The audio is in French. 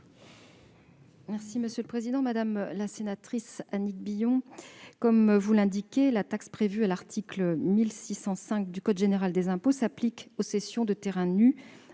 Mme la ministre déléguée. Madame la sénatrice Annick Billon, comme vous l'indiquez, la taxe prévue à l'article 1605 du code général des impôts s'applique aux cessions de terrains nus